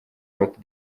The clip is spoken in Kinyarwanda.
cote